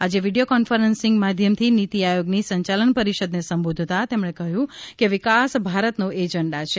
આજે video conferencing માધ્યમથી નીતી આયોગની સંયાલન પરીષદને સંબોધતા તેમણે કહ્યું કે વિકાસ ભારતનો એજન્ડા છે